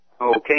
Okay